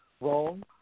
Wrong